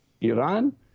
Iran